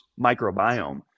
microbiome